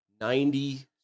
Ninety